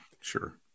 Sure